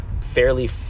fairly